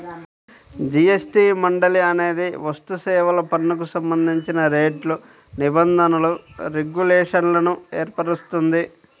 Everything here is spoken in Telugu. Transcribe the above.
జీ.ఎస్.టి మండలి అనేది వస్తుసేవల పన్నుకు సంబంధించిన రేట్లు, నిబంధనలు, రెగ్యులేషన్లను ఏర్పరుస్తుంది